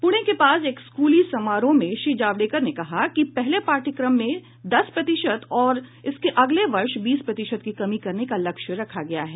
पुणे के पास एक स्कूली समारोह में श्री जावड़ेकर ने कहा कि पहले पाठ्यक्रम में दस प्रतिशत और इसके अगले वर्ष बीस प्रतिशत की कमी करने का लक्ष्य रखा गया है